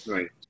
Right